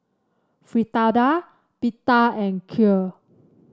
Fritada Pita and Kheer